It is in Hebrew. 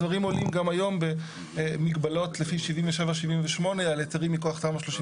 הדברים עולים גם היום במגבלות לפי 77 ו-78 על היתרים מכוח תמ"א 38,